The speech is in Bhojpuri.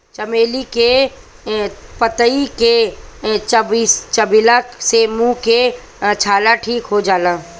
चमेली के पतइ के चबइला से मुंह के छाला ठीक हो जाला